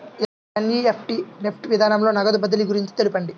NEFT NEFT విధానంలో నగదు బదిలీ గురించి తెలుపండి?